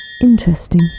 Interesting